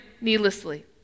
needlessly